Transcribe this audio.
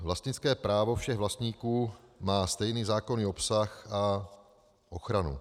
Vlastnické právo všech vlastníků má stejný zákonný obsah a ochranu.